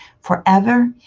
forever